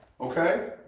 Okay